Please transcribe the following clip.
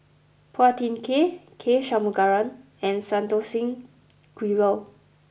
Phua Thin Kiay K Shanmugam and Santokh Singh Grewal